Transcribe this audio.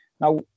Now